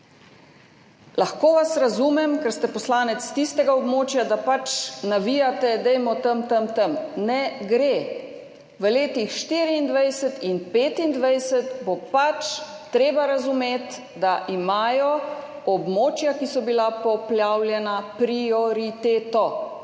Lahko vas razumem, ker ste poslanec tistega območja, da pač navijate, dajmo tam, tam, tam. Ne gre. V letih 2024 in 2025 bo pač treba razumeti, da imajo območja, ki so bila poplavljena, prioriteto.